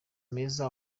meza